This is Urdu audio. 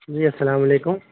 جی السلام علیکم